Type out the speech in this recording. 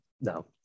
no